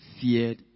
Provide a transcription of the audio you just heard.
feared